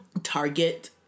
Target